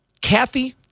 Kathy